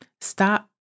Stop